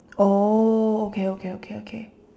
oh okay okay okay okay